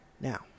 Now